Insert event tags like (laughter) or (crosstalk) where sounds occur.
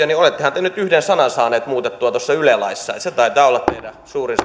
(unintelligible) niin olettehan te nyt yhden sanan saaneet muutettua tuossa yle laissa se taitaa olla teidän suurin (unintelligible)